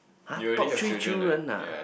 !huh! top three children ah